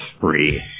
free